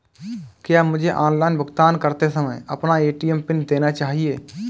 क्या मुझे ऑनलाइन भुगतान करते समय अपना ए.टी.एम पिन देना चाहिए?